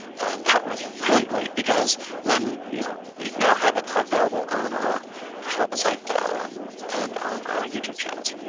that was really great because then, you know, we now have it available on our hubble site and on our youtube channels.